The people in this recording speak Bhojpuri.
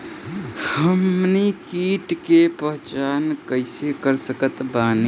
हमनी के कीट के पहचान कइसे कर सकत बानी?